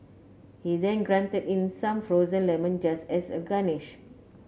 he then grated in some frozen lemon just as a garnish